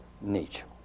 nature